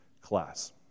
class